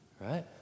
Right